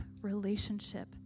relationship